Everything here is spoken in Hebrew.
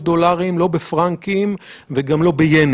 ההערכה הייתה שסדר גודל של שישה מיליון